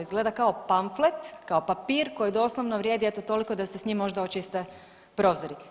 Izgleda kao pamflet, kao papir koji doslovno vrijedi eto toliko da se s njim možda očiste prozori.